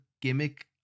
gimmick